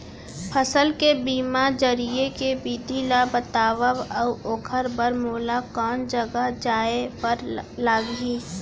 फसल के बीमा जरिए के विधि ला बतावव अऊ ओखर बर मोला कोन जगह जाए बर लागही?